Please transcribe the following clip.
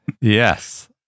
Yes